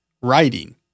writing